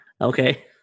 Okay